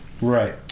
Right